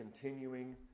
continuing